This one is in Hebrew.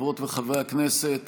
חברות וחברי הכנסת,